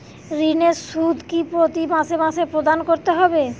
ঋণের সুদ কি প্রতি মাসে মাসে প্রদান করতে হবে?